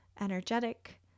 energetic